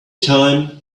time